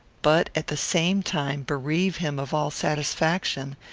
but, at the same time, bereave him of all satisfaction,